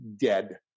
dead